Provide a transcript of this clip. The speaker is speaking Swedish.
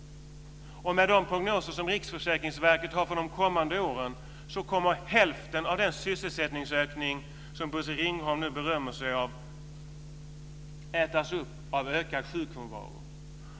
Med de prognoser som Riksförsäkringsverket har för de kommande åren kommer hälften av den sysselsättningsökning som Bosse Ringholm nu berömmer sig av att ätas upp av ökad sjukfrånvaro.